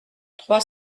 trois